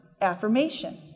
affirmation